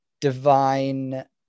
divine